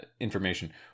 information